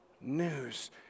news